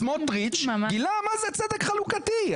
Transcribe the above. סמוטריץ' גילה מה זה צדק חלוקתי.